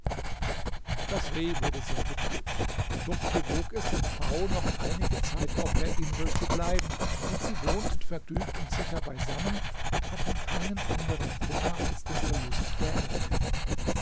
das reh wurde sehr betrübt doch bewog es den pfau noch einige zeit auf der insel zu bleiben und sie wohnten vergnügt und sicher beisammen und hatten keinen anderen kummer als den verlust der ente